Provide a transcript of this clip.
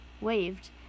waved